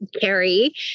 Carrie